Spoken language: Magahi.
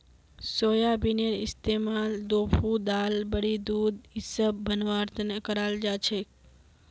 सोयाबीनेर इस्तमाल टोफू दाल बड़ी दूध इसब बनव्वार तने कराल जा छेक